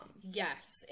Yes